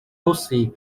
você